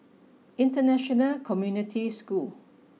international community cchool